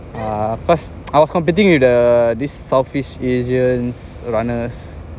uh cause I was competing with uh this southeast asians runners